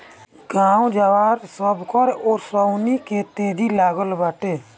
गाँव जवार, सबकर ओंसउनी के तेजी लागल बाटे